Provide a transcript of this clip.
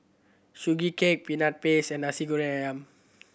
Sugee Cake Peanut Paste and Nasi Goreng Ayam